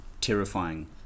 terrifying